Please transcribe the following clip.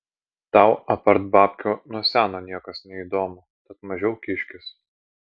tau apart babkių nuo seno niekas neįdomu tad mažiau kiškis